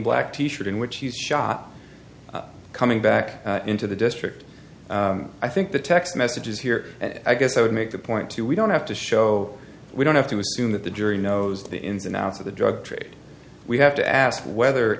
black t shirt in which he was shot coming back into the district i think the text messages here and i guess i would make the point too we don't have to show we don't have to assume that the jury knows the ins and outs of the drug trade we have to ask whether